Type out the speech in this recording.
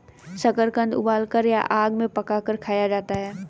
शकरकंद उबालकर या आग में पकाकर खाया जाता है